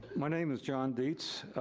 my name is john deets.